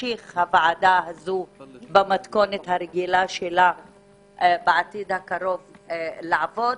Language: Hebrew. שתמשיך הוועדה הזו במתכונת הרגילה שלה בעתיד הקרוב לעבוד,